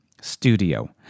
studio